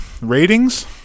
ratings